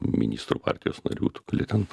ministrų partijos narių tu gali ten